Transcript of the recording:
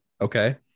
Okay